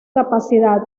capacidad